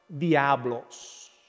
diablos